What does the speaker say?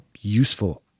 useful